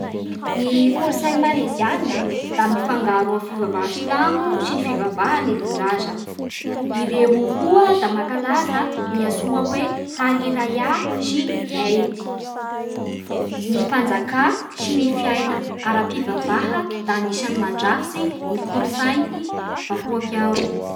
Ny kolotsay maleziana da mifangaro amin'ny fivavaha silamo sy ny fivavaha nentin-draza, ireo koa da mankalaza ny hantsoa hoe hari raya sy eid Ny fanjaka sy ny fiaina ara-pivavaha da anisan'ny mandrafitsy ny kolotsain'ny vahoaky ao